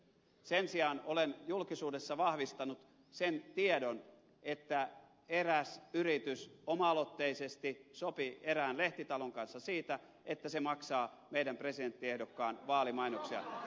sen sijaan olen julkisuudessa vahvistanut sen tiedon että eräs yritys oma aloitteisesti sopi erään lehtitalon kanssa siitä että se maksaa meidän presidenttiehdokkaamme vaalimainoksia